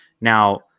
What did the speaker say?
now